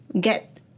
get